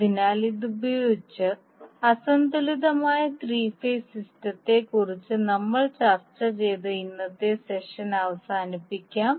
അതിനാൽ ഇതുപയോഗിച്ച് അസന്തുലിതമായ ത്രീ ഫേസ് സിസ്റ്റത്തെക്കുറിച്ച് നമ്മൾ ചർച്ച ചെയ്ത ഇന്നത്തെ സെഷൻ അവസാനിപ്പിക്കാം